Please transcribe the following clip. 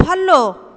follow